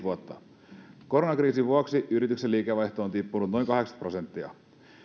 vuotta koronakriisin vuoksi yrityksen liikevaihto on tippunut noin kahdeksankymmentä prosenttia